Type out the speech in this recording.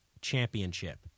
championship